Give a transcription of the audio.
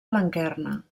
blanquerna